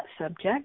subject